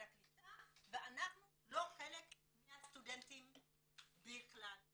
הקליטה ואנחנו לא חלק מהסטודנטים בכלל.